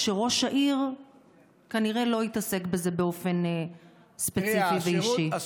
כשראש העיר כנראה לא מתעסק בזה באופן ספציפי ואישי?